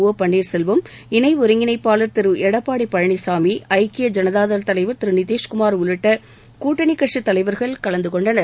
ஒ பன்னீர்செல்வம் இணை ஒருங்கிணைப்பாளர் திரு எடப்பாடி பழனிசாமி ஐக்கிய ஐனதா தள் தலைவர் திரு நிதிஷ்குமார் உள்ளிட்ட கூட்டணிக் கட்சித்தலைவர்கள் கலந்து கொண்டனர்